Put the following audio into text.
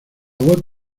web